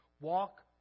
walk